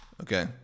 okay